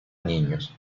niños